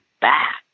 back